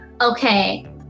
okay